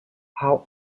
how